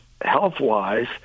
health-wise